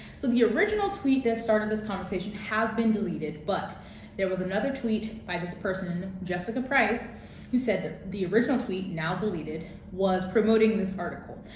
so the original tweet that started this conversation has been deleted but there was another tweet by this person jessica price who said the original tweet, now deleted, was promoting this article.